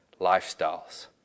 lifestyles